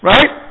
Right